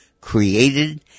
created